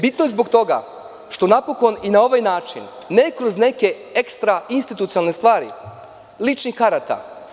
Bitno je i zbog toga što napokon i na ovaj način, ne kroz neke ekstra institucionalne stvari, ličnih karata…